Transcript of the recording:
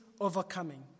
overcoming